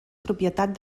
propietat